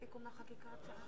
אני שמח שאתה אומר את זה.